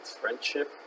friendship